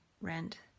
rent